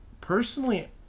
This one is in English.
personally